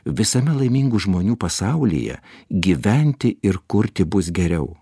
visame laimingų žmonių pasaulyje gyventi ir kurti bus geriau